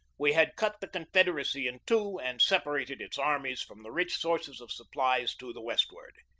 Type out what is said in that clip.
we had cut the confederacy in two and separated its armies from the rich sources of supplies to the westward.